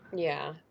yeah,